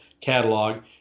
catalog